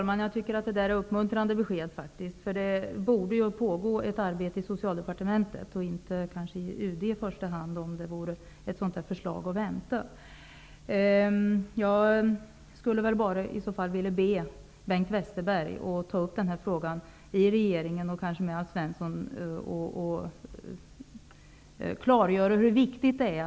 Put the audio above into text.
En person ströp sin mor och dömdes till sluten psykiatrisk vård. Efter ett år friskförklaras han och sätts på fri fot. Till råga på allt får mördaren ärva en halv miljon kronor efter sitt offer. Systern upplever ett starkt hot från honom och tvingas leva i ständig fruktan för sitt liv.